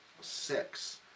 six